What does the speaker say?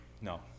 No